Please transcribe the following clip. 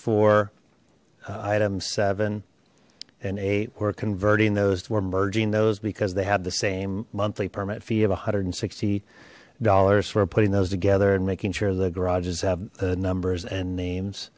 four items seven and eight we're converting those we're merging those because they had the same monthly permit fee of a hundred and sixty dollars we're putting those together and making sure the garages have numbers and names